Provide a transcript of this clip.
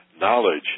knowledge